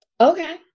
Okay